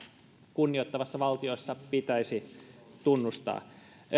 kunnioittavassa valtiossa pitäisi tunnustaa